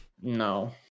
No